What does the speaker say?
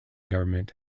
government